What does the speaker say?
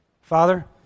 Father